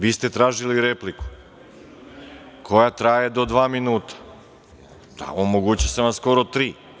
Vi ste tražili repliku koja traje do dva minuta, a omogućio sam vam skoro tri.